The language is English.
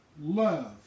love